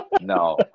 no